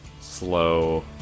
slow